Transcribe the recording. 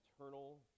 eternal